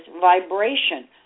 vibration